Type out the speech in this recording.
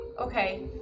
Okay